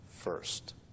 first